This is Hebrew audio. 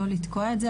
לא לתקוע את זה,